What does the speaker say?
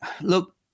look